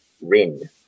Rin